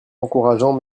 encourageants